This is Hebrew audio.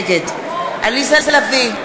נגד עליזה לביא,